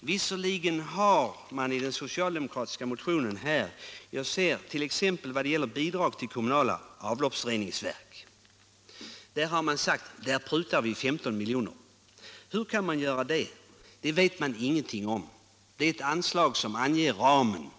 Man prutar t.ex. 15 milj.kr. i den socialdemokratiska motionen när det gäller bidrag till kommunala avloppsreningsverk. Hur kan man göra det? Det vet man ingenting om! Det är ett anslag som anger ramen.